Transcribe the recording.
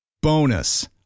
Bonus